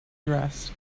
dress